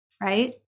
right